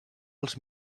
els